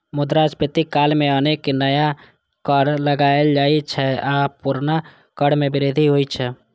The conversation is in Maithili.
मुद्रास्फीति काल मे अनेक नया कर लगाएल जाइ छै आ पुरना कर मे वृद्धि होइ छै